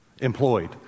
employed